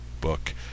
book